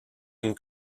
une